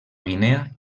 guinea